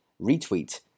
retweet